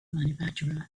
manufacturer